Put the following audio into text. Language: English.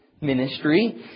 ministry